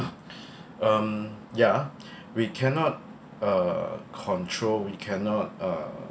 um yeah we cannot uh control we cannot uh